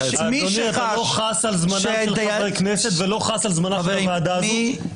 אדוני לא חס על זמנם של חברי הכנסת ושל הוועדה הזאת.